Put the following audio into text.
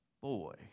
Boy